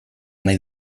nahi